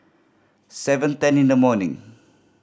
seven ten in the morning